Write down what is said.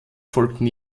folgten